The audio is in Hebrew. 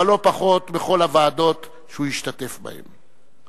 אבל לא פחות, בכל הוועדות שהוא השתתף בהן.